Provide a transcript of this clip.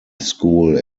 school